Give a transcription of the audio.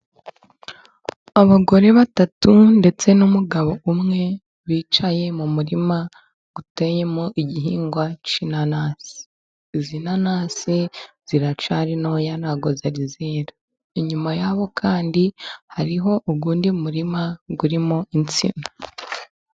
Abagore batatu ndetse n'umugabo umwe, bicaye mu murima uteyemo igihingwa cy'inanasi, izi nanasi ziracyari ntoya ntabwo zari zera, inyuma yabo kandi hariho undi murima urimo insina.